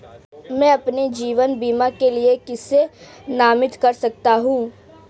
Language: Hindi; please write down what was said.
मैं अपने जीवन बीमा के लिए किसे नामित कर सकता हूं?